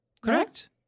Correct